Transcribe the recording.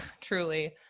truly